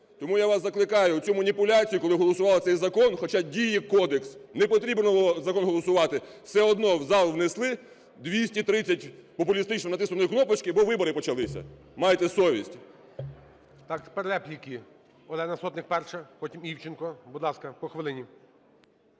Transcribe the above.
Тому я вас закликаю, оцю маніпуляцію, коли голосували цей закон, хоча діє кодекс, не потрібно було закон голосувати, все одно в зал внесли, 230 популістично натиснули кнопочки, бо вибори почалися. Майте совість! ГОЛОВУЮЧИЙ. Так, тепер репліки. Олена Сотник перша, потім Івченко. Будь ласка, по хвилині.